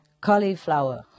cauliflower